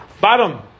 bottom